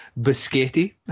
biscotti